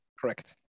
Correct